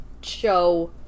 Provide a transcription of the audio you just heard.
show